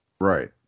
Right